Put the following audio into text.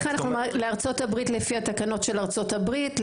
לארצות הברית לפי התקנות של ארצות הברית,